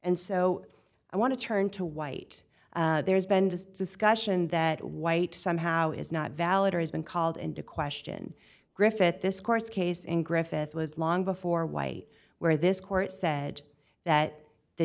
and so i want to turn to white there is bend discussion that white somehow is not valid or has been called into question griffith this course case in griffith was long before white where this court said that the